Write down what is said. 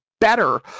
better